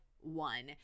one